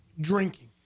drinking